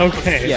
Okay